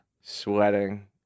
sweating